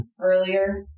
earlier